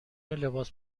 لباس